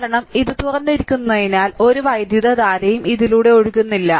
കാരണം ഇത് തുറന്നിരിക്കുന്നതിനാൽ ഒരു വൈദ്യുതധാരയും ഇതിലൂടെ ഒഴുകുന്നില്ല